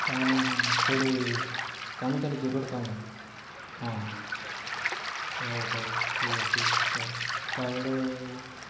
ତା'ମାନେ ସେଇଠି କାମ ଚାଲିଛି ରୋଡ଼ କାମ ହଁ ହେଉ ହେଉ ଠିକ୍ ଅଛି ତା'ହେଲେ ତା'ପରେ